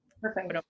Perfect